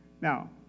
Now